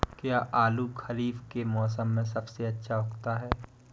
क्या आलू खरीफ के मौसम में सबसे अच्छा उगता है?